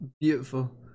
beautiful